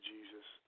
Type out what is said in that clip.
Jesus